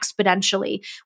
exponentially